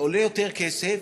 זה עולה יותר כסף,